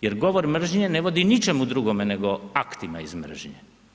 jer govor mržnje ne vodi ničemu drugome nego aktima iz mržnje.